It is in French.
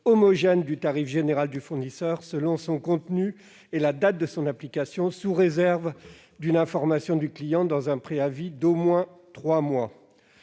homogène du tarif général du fournisseur selon son contenu et la date de son application, sous réserve d'une information du client dans un préavis d'au moins trois mois.